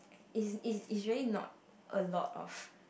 is is is really not a lot of